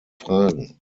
fragen